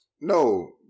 no